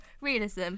Realism